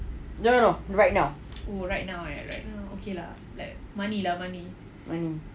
no no no right now money